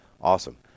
Awesome